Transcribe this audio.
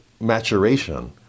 maturation